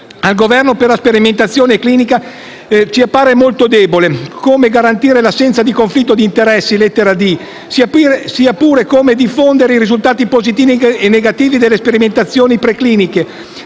al Governo per la sperimentazione clinica, ci appare molto debole: come garantire l'assenza di conflitto di interesse - comma 2, lettera *d)* - e come diffondere i risultati positivi e negativi delle sperimentazioni precliniche,